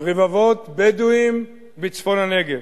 רבבות בדואים בצפון הנגב